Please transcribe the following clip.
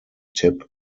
tip